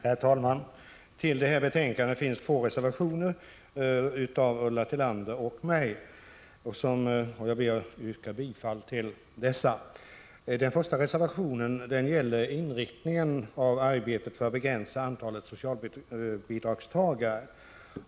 Herr talman! Till detta betänkande finns två reservationer av Ulla Tillander och mig. Jag ber att få yrka bifall till dessa. Den första reservationen gäller inriktningen av arbetet för att begränsa antalet socialbidragstagare.